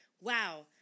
wow